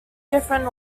different